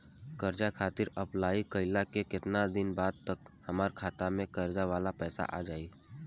कर्जा खातिर अप्लाई कईला के केतना दिन बाद तक हमरा खाता मे कर्जा वाला पैसा आ जायी?